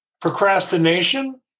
Procrastination